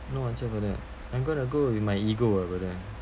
no answer for that I'm going to go with my ego uh brother